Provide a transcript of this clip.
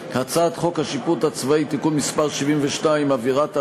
הצעת חוק השיפוט הצבאי (תיקון מס' 72) (עבירת עריקה),